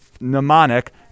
mnemonic